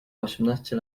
osiemnaście